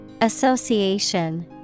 Association